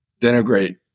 denigrate